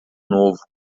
novo